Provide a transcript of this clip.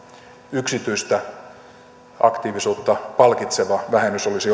yksityistä aktiivisuutta palkitseva vähennys olisi